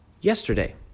yesterday